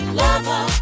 lover